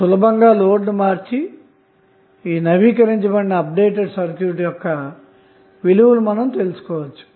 మీరుసులభంగా load ను మార్చి నవీకరించబడిన అప్డేటెడ్ విలువలు తెలుసుకోవచ్చు